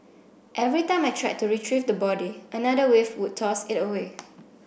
every time I tried to retrieve the body another wave would toss it away